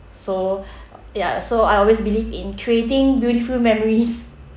so ya so I always believe in creating beautiful memories